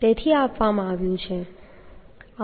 તેથી આ આપવામાં આવ્યું છે